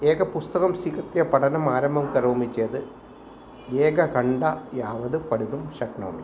एकं पुस्तकं स्वीकृत्य पठनम् आरम्भं करोमि चेद् एक कण्डा यावद् पठितुं शक्नोमि